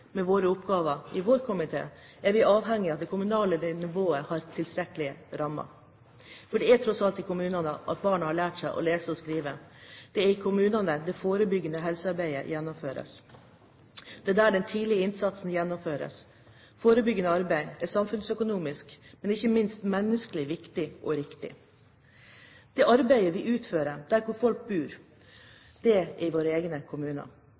med oppgavene i vår komité, er vi avhengige av at det kommunale nivået har tilstrekkelige rammer. Det er tross alt i kommunene barna har lært seg å lese og skrive, og det er i kommunene det forebyggende helsearbeidet gjennomføres. Det er der den tidlige innsatsen gjennomføres. Forebyggende arbeid er samfunnsøkonomisk, men ikke minst menneskelig, viktig og riktig. Dette arbeidet må vi utføre der folk bor, og det er i våre egne kommuner.